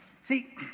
see